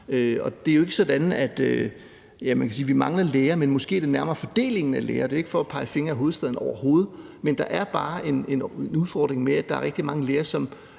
sammen. Man kan sige, at vi mangler læger, men måske er det nærmere fordelingen af læger, der er problemet. Det er ikke for at pege fingre ad hovedstaden overhovedet, men der er bare en udfordring med, at der er rigtig mange læger,